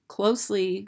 closely